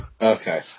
Okay